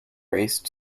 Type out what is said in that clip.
race